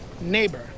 Neighbor